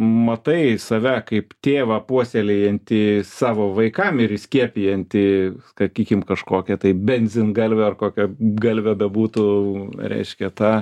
matai save kaip tėvą puoselėjantį savo vaikam ir įskiepijantį sakykim kažkokią tai benzingalvę ar kokia galvę bebūtų reiškia tą